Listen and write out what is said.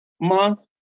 month